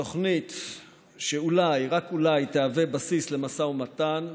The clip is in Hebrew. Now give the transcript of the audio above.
התוכנית שאולי, רק אולי, תהווה בסיס למשא ומתן,